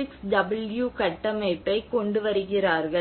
"6டபுள் you கட்டமைப்பை" கொண்டு வருகிறார்கள்